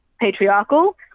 patriarchal